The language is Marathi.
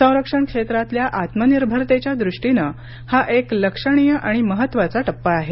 संरक्षण क्षेत्रातल्या आत्मनिर्भरतेच्या दृष्टीनं हा एक लक्षणीय आणि महत्त्वाचा टप्पा आहे